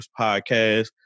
Podcast